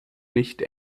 nicht